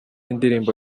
indirimbo